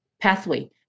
pathway